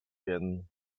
werden